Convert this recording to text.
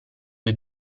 due